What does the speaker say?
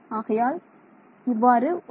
ஆகையால் இவ்வாறு ஒரு சமன்பாடு கிடைக்கிறது